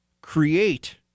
create